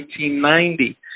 1990